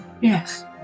Yes